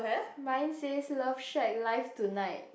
mine says love shack live tonight